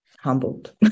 humbled